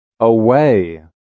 away